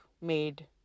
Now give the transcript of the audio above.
made